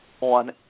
on